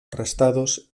arrestados